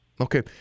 Okay